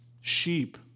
sheep